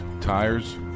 tires